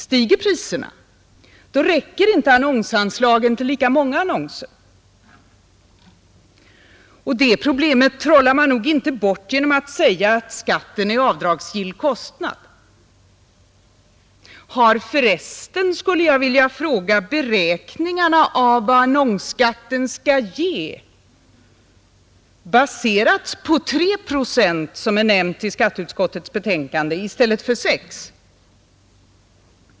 Stiger priserna räcker inte annonsanslagen till lika många annonser. Det problemet trollar man nog inte bort genom att säga att skatten är avdragsgill kostnad. Har för resten, skulle jag vilja fråga, beräkningarna av vad annonsskatten skall ge baserats på 3 procent, som är nämnt i skatteutskottets betänkande, i stället för 6 procent?